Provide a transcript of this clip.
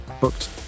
booked